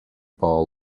ball